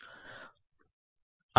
1